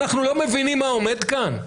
אנחנו לא מבינים מה עומד כאן?